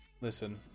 Listen